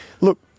look